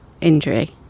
injury